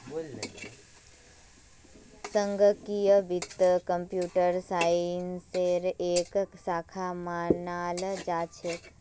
संगणकीय वित्त कम्प्यूटर साइंसेर एक शाखा मानाल जा छेक